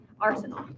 Arsenal